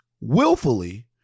willfully